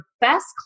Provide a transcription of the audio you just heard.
best